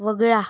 वगळा